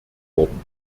worden